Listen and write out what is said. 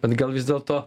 bet gal vis dėlto